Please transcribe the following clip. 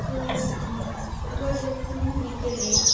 তো আবার যখন বিকেলে